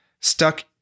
stuck